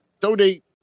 donate